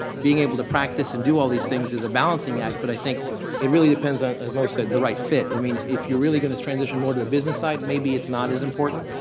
being able to practice and do all these things is a balancing act. but i think it really depends on as moe said, the right fit. i mean, if you're really going to transition more to the business side maybe it's not as important.